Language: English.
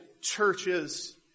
churches